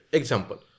example